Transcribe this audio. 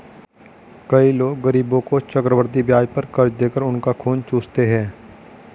कई लोग गरीबों को चक्रवृद्धि ब्याज पर कर्ज देकर उनका खून चूसते हैं